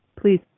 Please